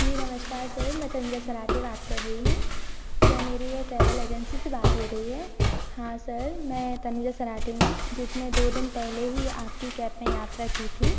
जी नमस्कार सर मैं तनुजा सराठी बात कर रही हूँ क्या मेरी यह ट्रैवल एजेंसी से बात हो रही है हाँ सर में तनुजा सराठी हूँ जिसने दो दिन पहले ही आप की कैप में यात्रा की थी